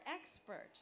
expert